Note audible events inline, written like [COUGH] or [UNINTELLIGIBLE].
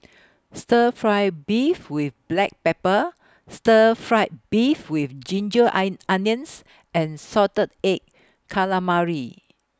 Stir Fry Beef with Black Pepper Stir Fried Beef with Ginger [UNINTELLIGIBLE] Onions and Salted Egg Calamari